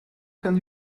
can